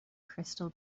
crystal